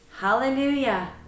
hallelujah